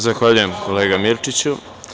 Zahvaljujem, kolega Mirčiću.